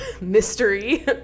Mystery